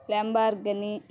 Lamborghini